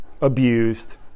abused